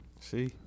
See